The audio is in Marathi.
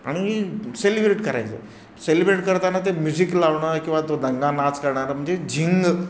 आणि सेलिब्रेट करायचं सेलिब्रेट करताना ते म्युझिक लावणं किंवा तो दंगा नाच करणारं म्हणजे झिंग